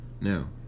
Now